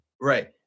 right